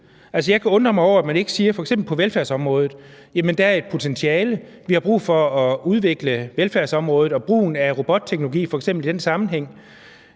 kan undre mig over, at man ikke f.eks. på velfærdsområdet siger, at der er et potentiale, og at vi har brug for at udvikle velfærdsområdet og brugen af robotteknologi i f.eks. den sammenhæng.